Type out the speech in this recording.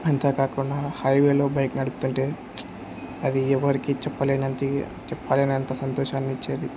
అంతేకాకుండా హైవేలో బైక్ నడుపుతుంటే అది ఎవరికి చెప్పలేనంత చెప్పలేనంత సంతోషాన్ని ఇచ్చేది